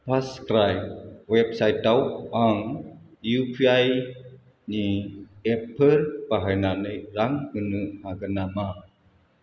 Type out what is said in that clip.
FirstCry वेबसाइटाव आं इउपिआइनि एपफोर बाहायनानै रां होनो हागोन नामा